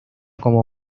como